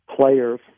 players